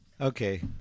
Okay